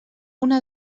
una